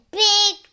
big